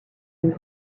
une